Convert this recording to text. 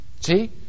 See